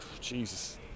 Jesus